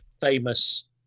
famous